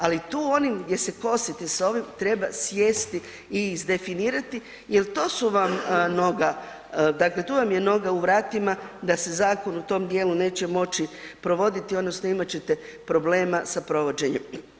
Ali tu onim gdje se kosite s ovim treba sjesti i izdefinirati jer to su vam noga, dakle tu vam je noga u vratila da se zakon u tom dijelu neće moći provoditi, odnosno imat ćete problema sa provođenjem.